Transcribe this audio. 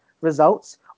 results